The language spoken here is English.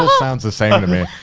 always sound the same to me.